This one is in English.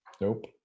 Nope